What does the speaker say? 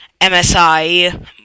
msi